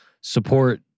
support